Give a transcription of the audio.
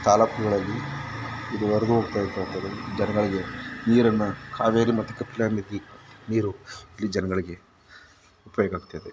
ತಾಲ್ಲೂಕುಗಳಲ್ಲಿ ಇದುವರೆಗು ಜನಗಳಿಗೆ ನೀರನ್ನು ಕಾವೇರಿ ಮತ್ತು ಕಪಿಲ ನದಿ ನೀರು ಇಲ್ಲಿನ ಜನಗಳಿಗೆ ಉಪಯೋಗ ಆಗ್ತಾಯಿದೆ